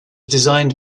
designed